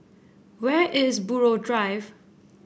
where is Buroh Drive